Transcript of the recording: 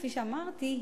כפי שאמרתי,